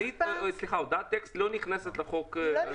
הודעת טקסט לא נכנסת לחוק הזה?